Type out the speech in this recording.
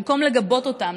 במקום לגבות אותם,